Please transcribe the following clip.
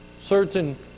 certain